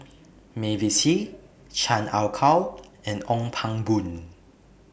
Mavis Hee Chan Ah Kow and Ong Pang Boon